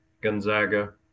Gonzaga